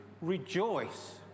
rejoice